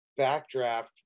backdraft